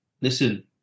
listen